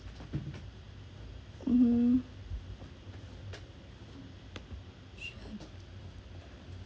(uh huh)